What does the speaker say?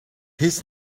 his